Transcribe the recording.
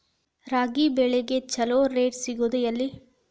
ರಾಗಿ ಬೆಳೆಗೆ ಛಲೋ ರೇಟ್ ಸಿಗುದ ಎಲ್ಲಿ?